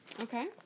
Okay